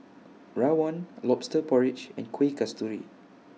Rawon Lobster Porridge and Kuih Kasturi